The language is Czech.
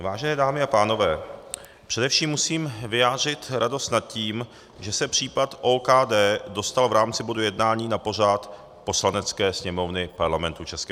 Vážené dámy a pánové, především musím vyjádřit radost nad tím, že se případ OKD dostal v rámci bodu jednání na pořad Poslanecké sněmovny Parlamentu ČR.